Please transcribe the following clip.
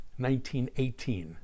1918